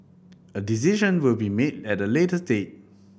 a decision will be made at a later date